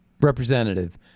representative